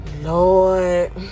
Lord